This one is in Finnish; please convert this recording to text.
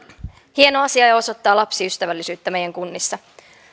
hieno asia ja osoittaa lapsiystävällisyyttä meidän kunnissa